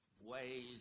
Ways